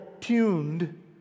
tuned